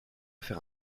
faire